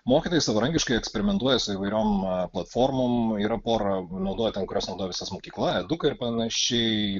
mokytojai savarankiškai eksperimentuoja su įvairiom platformom yra pora naudojaten kurias naudoja visas mokykla eduka ir panašiai